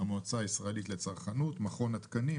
מכון התקנים,